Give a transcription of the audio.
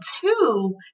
Two